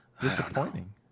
Disappointing